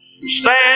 Stand